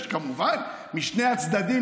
ושכמובן משני הצדדים,